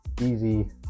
easy